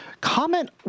Comment